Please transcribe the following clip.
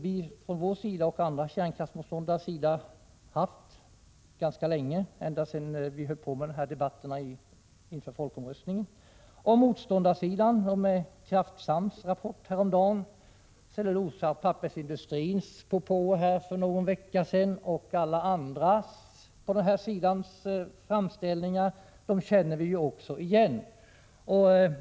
Vi och andra kärnkraftsmotståndare har haft det ganska länge — ända sedan vi höll på med debatterna inför folkomröstningen. Och vi känner igen alla framställningar från motståndarsidan, med Kraftsams rapport häromdagen, cellulosaoch pappersindustrins propåer för någon vecka sedan, osv.